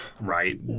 Right